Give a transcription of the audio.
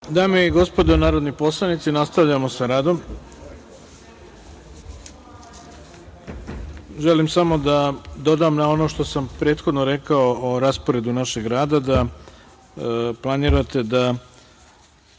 Dame i gospodo narodni poslanici, nastavljamo sa radom. Želim samo da dodam na ono što sam prethodno rekao o rasporedu našeg rada da planirate, kako